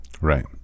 Right